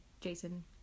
jason